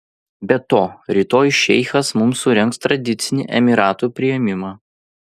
be to rytoj šeichas mums surengs tradicinį emyratų priėmimą